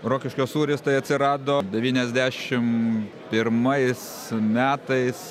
rokiškio sūris tai atsirado devyniasdešim pirmais metais